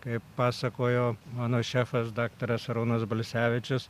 kaip pasakojo mano šefas daktaras arūnas balsevičius